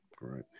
right